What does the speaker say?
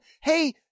hey